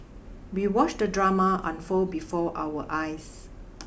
we watched the drama unfold before our eyes